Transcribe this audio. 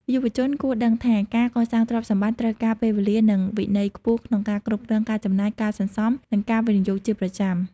យុវជនគួរដឹងថា ការកសាងទ្រព្យសម្បត្តិត្រូវការពេលវេលា និងវិន័យខ្ពស់ក្នុងការគ្រប់គ្រងការចំណាយ ការសន្សំ និងការវិនិយោគជាប្រចាំ។